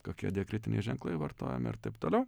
kokie diakritiniai ženklai vartojami ir taip toliau